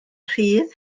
rhydd